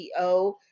CEO